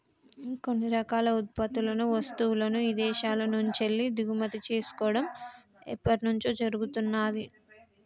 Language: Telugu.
కొన్ని రకాల ఉత్పత్తులను, వస్తువులను ఇదేశాల నుంచెల్లి దిగుమతి చేసుకోడం ఎప్పట్నుంచో జరుగుతున్నాది